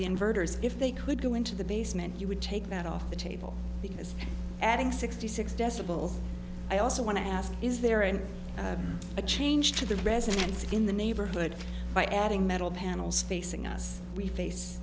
the inverters if they could go into the basement you would take that off the table because adding sixty six decibels i also want to ask is there any a change to the resonance in the neighborhood by adding metal panels facing us we face